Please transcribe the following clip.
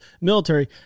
military